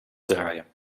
draaien